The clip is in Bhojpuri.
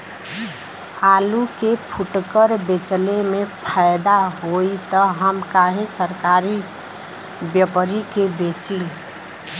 आलू के फूटकर बेंचले मे फैदा होई त हम काहे सरकारी व्यपरी के बेंचि?